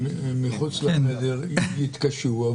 שמחוץ לחדר יתקשו.